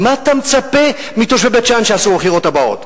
ומה אתה מצפה מתושבי בית-שאן שיעשו בבחירות הבאות?